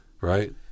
right